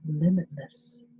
limitless